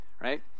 right